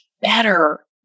better